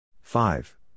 five